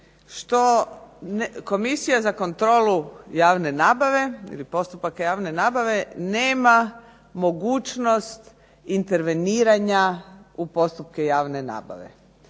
što Komisija za kontrolu javne nabave ili postupaka javne nabave nema mogućnost interveniranja u postupke javne nabave.